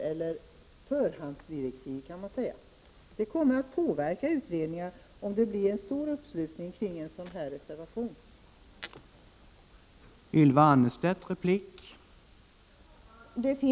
Man kan säga att det är riksdagens förhandsdirektiv. Om det blir en stor uppslutning kring en sådan här reservation, kommer det att påverka utredningen.